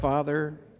Father